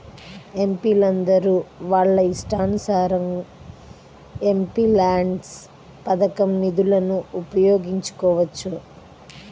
ఎంపీలందరూ వాళ్ళ ఇష్టానుసారం ఎంపీల్యాడ్స్ పథకం నిధులను ఉపయోగించుకోవచ్చు